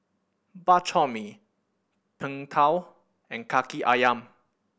Bak Chor Mee Png Tao and Kaki Ayam